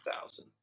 thousand